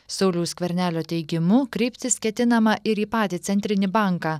sauliaus skvernelio teigimu kreiptis ketinama ir į patį centrinį banką